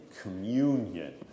communion